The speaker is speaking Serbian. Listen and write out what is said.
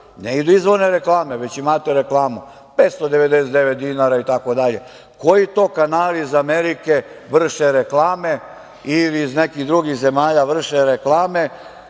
ne idu izvorne reklame, već imate reklamu 599 dinara itd. Koji to kanali iz Amerike vrše reklame, ili iz nekih drugih zemalja, izvorne reklame